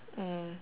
mm